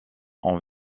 ont